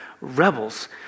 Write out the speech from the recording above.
Rebels